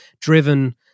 driven